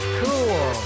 cool